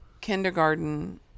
kindergarten